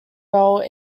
role